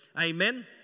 Amen